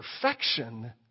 perfection